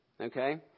okay